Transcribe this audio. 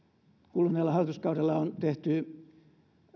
kuluneella hallituskaudella on tehty